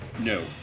No